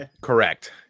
Correct